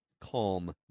Calm